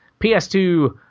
PS2